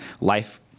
life